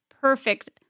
perfect